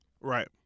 Right